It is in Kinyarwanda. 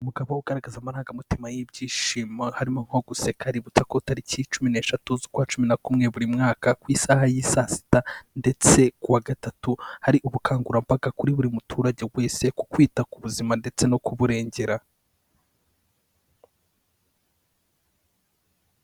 Umugabo ugaragaza amarangamutima y'ibyishimo harimo nko guseka aributsa ko tariki cumi n'eshatu z'ukwa cumi na kumwe buri mwaka, ku isaha y'i saa sita ndetse kuwa gatatu hari ubukangurambaga kuri buri muturage wese, ku kwita ku buzima ndetse no kuburengera.